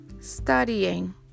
Studying